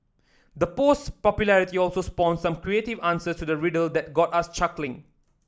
the post's popularity also spawned some creative answers to the riddle that got us chuckling